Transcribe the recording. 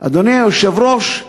אדוני היושב-ראש,